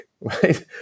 Right